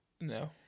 No